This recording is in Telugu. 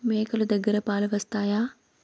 మేక లు దగ్గర పాలు వస్తాయా?